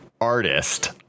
artist